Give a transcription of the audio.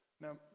Now